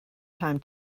time